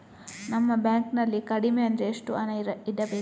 ನಮ್ಮ ಬ್ಯಾಂಕ್ ನಲ್ಲಿ ಕಡಿಮೆ ಅಂದ್ರೆ ಎಷ್ಟು ಹಣ ಇಡಬೇಕು?